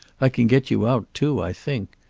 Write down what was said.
i can get you out, too, i think.